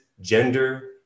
gender